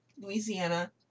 Louisiana